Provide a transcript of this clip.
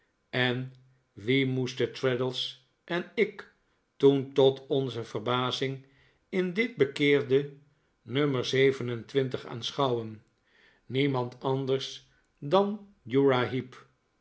en wien moesten traddlesen ik toen tot onze verbazing in dit bekeerde nummer zeven en twintig aanschouwen niemand anders dan uriah